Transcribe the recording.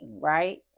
right